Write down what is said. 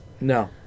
No